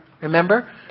Remember